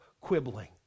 quibbling